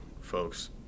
folks